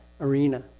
arena